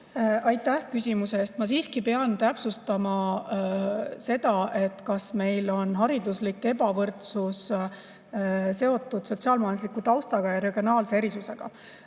Aitäh küsimuse eest! Ma siiski pean täpsustama seda, kas meil on hariduslik ebavõrdsus seotud sotsiaal-majandusliku taustaga või regionaalsete erisustega.